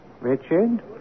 Richard